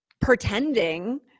Pretending